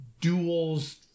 duels